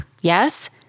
Yes